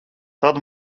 tad